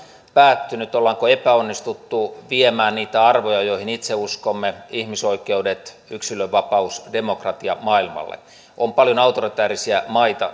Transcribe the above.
päättynyt ollaanko epäonnistuttu viemään niitä arvoja joihin itse uskomme ihmisoikeudet yksilönvapaus demokratia maailmalle on paljon autoritäärisiä maita